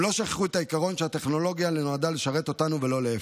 הם לא שכחו את העיקרון שהטכנולוגיה נועדה לשרת אותנו ולא להפך.